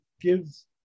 gives